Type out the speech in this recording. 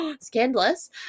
scandalous